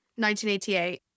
1988